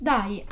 Dai